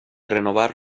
renovar